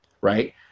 right